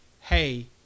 hey